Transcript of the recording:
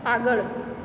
આગળ